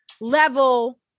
level